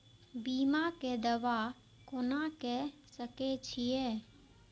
बीमा के दावा कोना के सके छिऐ?